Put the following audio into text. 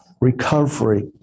Recovery